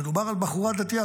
מדובר על בחורה דתייה,